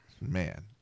man